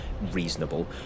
reasonable